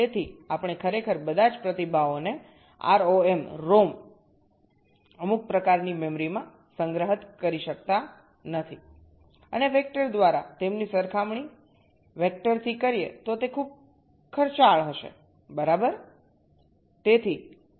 તેથી આપણે ખરેખર બધા જ પ્રતિભાવોને ROM અમુક પ્રકારની મેમરીમાં સંગ્રહિત કરી શકતા નથી અને વેક્ટર દ્વારા તેમની સરખામણી વેક્ટરથી કરીએ તો તે ખૂબ ખર્ચાળ હશે બરાબર